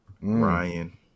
Ryan